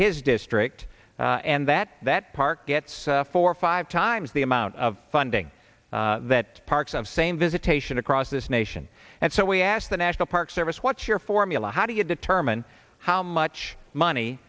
district and that that park gets four or five times the amount of funding that parks of same visitation across this nation and so we asked the national park service what's your formula how do you determine how much money